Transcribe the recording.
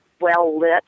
well-lit